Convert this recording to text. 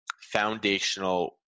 foundational